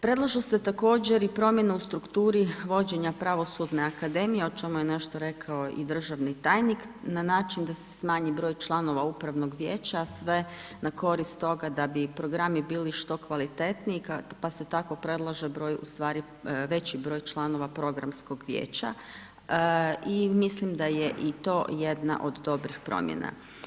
Predlažu se također i promjena u strukturi vođenja pravosudne akademije, o čemu je nešto rekao i državni tajnik, na način da se smanji broj članova upravnog vijeća, sve na korist toga da bi programi bili što kvalitetniji, pa se tako predlaže broj ustvari, veći broj članova programskog vijeća i mislim da je i to jedna od dobrih promjena.